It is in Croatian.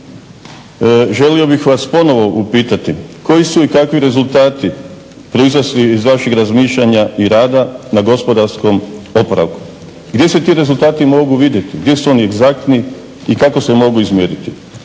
Želio bih vas ponovo upitati koji su i kakvi rezultati proizašli iz vaših razmišljanja i rada na gospodarskom oporavku? Gdje se ti rezultati mogu vidjeti, gdje su oni egzaktni i kako se mogu izmiriti.